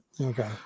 Okay